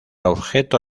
objeto